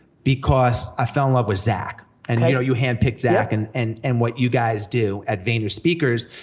because i fell in love with zach, and you know, you hand picked zach, and and and what you guys do at vaynerspeakers,